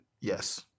Yes